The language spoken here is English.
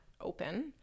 open